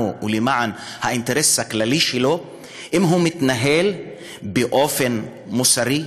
ולמען האינטרס הכללי שלו מתנהל באופן מוסרי,